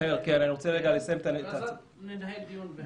אחר כך ננהל דיון.